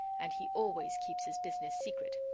and he always keeps his business secret.